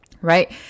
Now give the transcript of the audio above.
Right